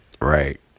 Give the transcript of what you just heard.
right